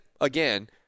again